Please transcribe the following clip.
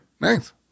Nice